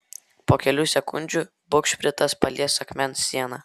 po kelių sekundžių bugšpritas palies akmens sieną